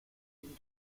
been